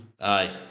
Aye